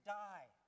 die